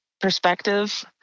perspective